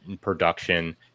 production